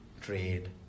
trade